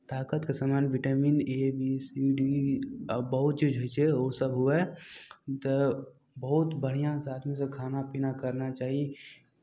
ताकतके सामान vitamin A B C D आ बहुत चीज होइ छै ओसभ हुए तऽ बहुत बढ़िआँ साथमे सभ खाना पीना करना चाही